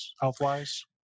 Health-wise